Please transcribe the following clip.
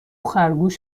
خرگوش